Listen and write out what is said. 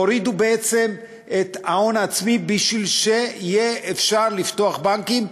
הורידו בעצם את ההון העצמי כדי שיהיה אפשר לפתוח בנקים.